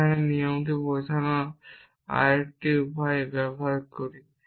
এখানে আমরা এই নিয়মটি বোঝানোর আরেকটি উপায় ব্যবহার করি